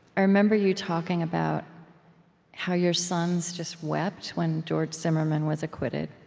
i remember you talking about how your sons just wept when george zimmerman was acquitted.